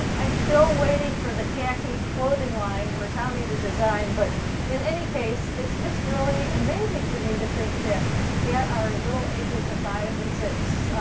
i'm still waiting for the khaki clothing line for tommy to design, but in any case, it's just really amazing to me to think that at our little ages of five and six,